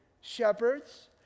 shepherds